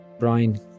Brian